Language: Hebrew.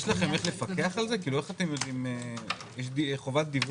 אין לכם הוצאות שוטפות?